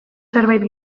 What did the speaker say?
zerbait